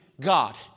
God